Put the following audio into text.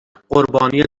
قربانی